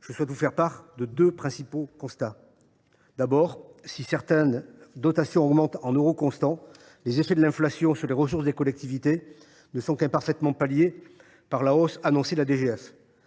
je souhaite vous faire part de deux principaux constats. Tout d’abord, si certaines dotations augmentent en euros courants, les effets de l’inflation sur les ressources des collectivités ne sont palliés qu’imparfaitement par la hausse annoncée de la DGF.